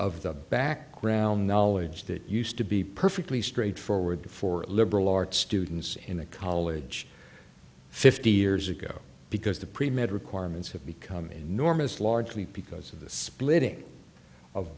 of the background knowledge that used to be perfectly straightforward for liberal arts students in a college fifty years ago because the pre med requirements have become enormous largely because of the splitting of